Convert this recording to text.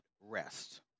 Rest